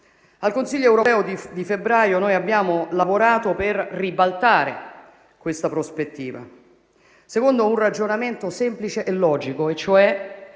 Al Consiglio europeo di febbraio noi abbiamo lavorato per ribaltare questa prospettiva secondo un ragionamento semplice e logico e, cioè,